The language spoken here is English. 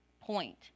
point